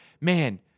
Man